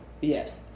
yes